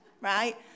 right